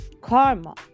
Karma